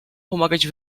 pomagać